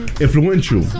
Influential